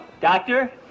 Doctor